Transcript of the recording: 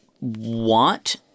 want